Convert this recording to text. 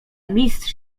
mistrz